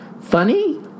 Funny